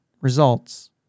results